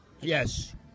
Yes